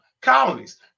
colonies